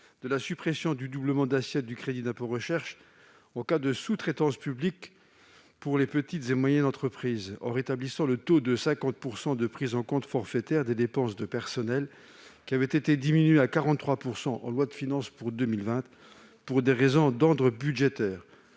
de la suppression du doublement d'assiette du crédit d'impôt recherche en cas de sous-traitance publique pour les petites et moyennes entreprises, en rétablissant à 50 % le taux de prise en compte forfaitaire des dépenses de personnel, qui avait été diminué à 43 % en loi de finances pour 2020, pour des raisons d'ordre budgétaire.